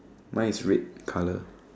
mine is red colour